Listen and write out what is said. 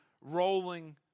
rolling